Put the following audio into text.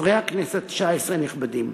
חברי הכנסת התשע-עשרה הנכבדים,